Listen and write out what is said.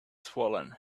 swollen